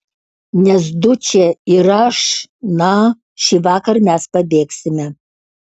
nes dučė ir aš na šįvakar mes pabėgsime